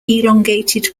elongated